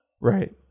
Right